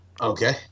Okay